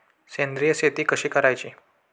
सेंद्रिय शेती कशी करायची?